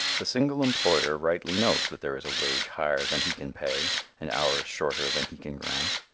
the single employer rightly knows that there is a wage higher than he can pay and hours shorter than he can grant.